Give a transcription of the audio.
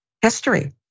history